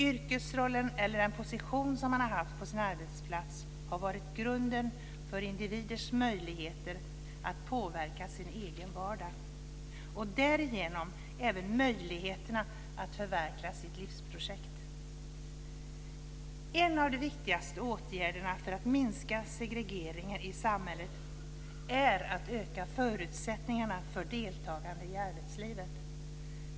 Yrkesrollen eller den position som man har haft på sin arbetsplats har varit grunden för individers möjligheter att påverka sin egen vardag och därigenom även möjligheterna att förverkliga sitt livsprojekt. En av de viktigaste åtgärderna för att minska segregeringen i samhället är att öka förutsättningarna för deltagande i arbetslivet.